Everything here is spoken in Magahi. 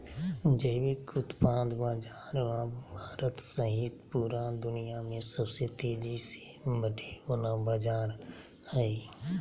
जैविक उत्पाद बाजार अब भारत सहित पूरा दुनिया में सबसे तेजी से बढ़े वला बाजार हइ